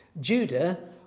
Judah